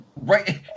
right